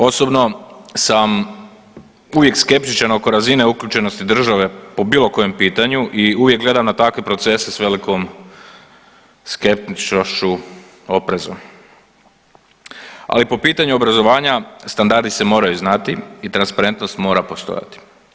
Osobno sam uvijek skeptičan oko razine uključenosti države po bilo kojem pitanju i uvijek gledam na takve procese s velikom skeptičnošću i oprezom, ali po pitanju obrazovanja standardi se moraju znati i transparentnost mora postojati.